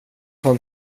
fan